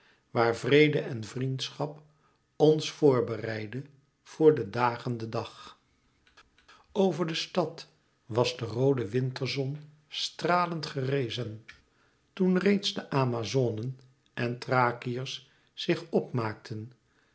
waar vrede en vriendschap ons voor bereidde voor den dagenden dag over de stad was de roode winterzon stralend gerezen toen reeds de amazonen en thrakiërs zich op maakten